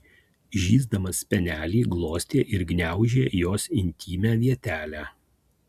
žįsdamas spenelį glostė ir gniaužė jos intymią vietelę